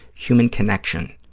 human connection,